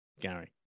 Gary